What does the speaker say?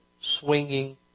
swinging